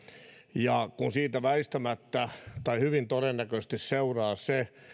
ja kun siitä väistämättä tai hyvin todennäköisesti seuraa se